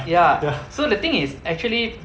ya so the thing is actually